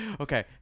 Okay